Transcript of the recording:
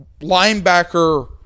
linebacker